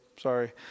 Sorry